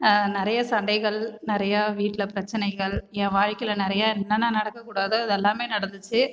நிறைய சண்டைகள் நிறையா வீட்டில் பிரச்சனைகள் என் வாழ்க்கையில் நிறைய என்னென்ன நடக்க கூடாதோ அது எல்லாமே நடந்துச்சு